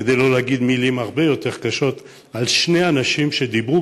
כדי לא להגיד מילים הרבה יותר קשות על שני אנשים שדיברו